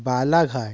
Balaghat